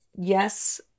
yes